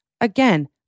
Again